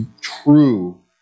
true